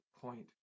point